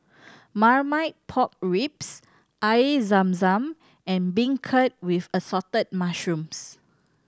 Marmite Pork Ribs Air Zam Zam and beancurd with Assorted Mushrooms